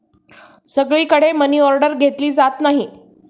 सगळीकडे मनीऑर्डर घेतली जात नाही